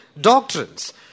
doctrines